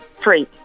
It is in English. Three